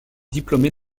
diplômée